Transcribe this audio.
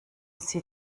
sie